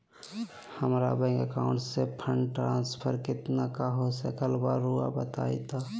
हमरा bank account से fund transfer कितना का हो सकल बा रुआ बताई तो?